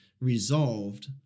resolved